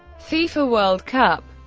fifa world cup